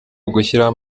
ugushyiraho